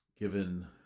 given